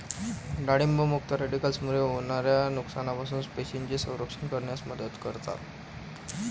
डाळिंब मुक्त रॅडिकल्समुळे होणाऱ्या नुकसानापासून पेशींचे संरक्षण करण्यास मदत करतात